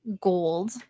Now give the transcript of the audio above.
Gold